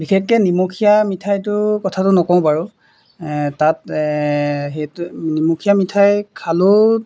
বিশেষকৈ নিমখীয়া মিঠাইটোৰ কথাটো নকওঁ বাৰু তাত সেইটো নিমখীয়া মিঠাই খালেও